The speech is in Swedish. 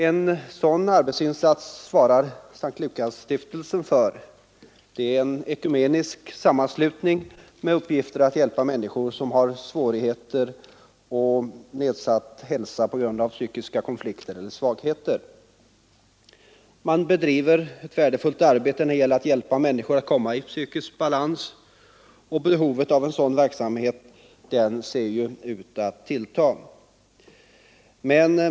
En sådan arbetsinsats svarar S:t Lukasstiftelsen för. Denna stiftelse är en ekumenisk sammanslutning med uppgift att bistå människor, vilkas svårigheter och nedsatta hälsa har sin grund i psykiska konfliktoch svaghetstillstånd. Stiftelsen bedriver ett värdefullt arbete när det gäller att hjälpa människor att komma i psykisk balans, och behovet av en sådan verksamhet ser ut att tillta.